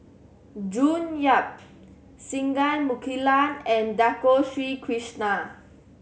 June Yap Singai Mukilan and Dato Sri Krishna